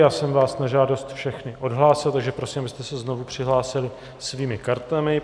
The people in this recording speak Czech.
Já jsem vás na žádost všechny odhlásil, takže prosím, abyste se znovu přihlásili svými kartami.